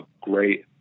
great